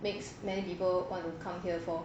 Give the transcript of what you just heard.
makes many people want to come here for